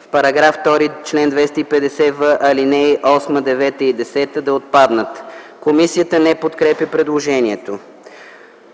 В § 2, чл. 250в, алинеи 8, 9 и 10 да отпаднат. Комисията не подкрепя предложението.